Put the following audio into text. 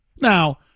Now